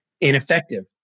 ineffective